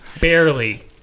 Barely